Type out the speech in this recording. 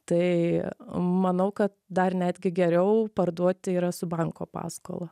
tai manau kad dar netgi geriau parduoti yra su banko paskola